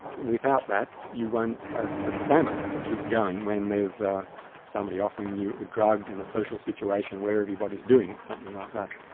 without that, you won't have the stamina to keep going when there's somebody offering you drugs in a social situation where everybody's doing it, something like that.